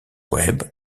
webb